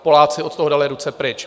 Poláci od toho dali ruce pryč.